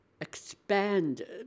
expanded